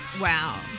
Wow